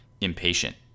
impatient